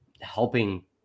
helping